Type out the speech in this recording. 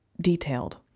detailed